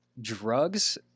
drugs